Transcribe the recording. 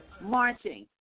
marching